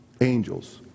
Angels